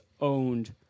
owned